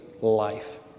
life